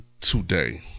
today